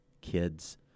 kids